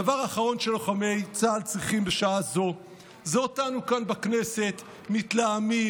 הדבר האחרון שלוחמי צה"ל צריכים בשעה זו זה אותנו כאן בכנסת מתלהמים,